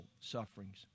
sufferings